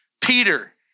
Peter